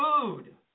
food